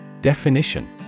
Definition